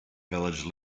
village